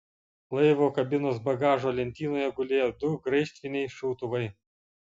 laivo kabinos bagažo lentynoje gulėjo du graižtviniai šautuvai